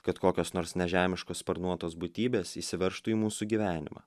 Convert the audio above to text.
kad kokios nors nežemiškos sparnuotos būtybės įsiveržtų į mūsų gyvenimą